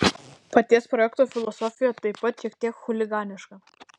paties projekto filosofija taip pat šiek tiek chuliganiška